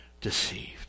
deceived